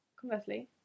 conversely